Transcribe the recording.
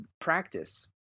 practice